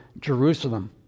Jerusalem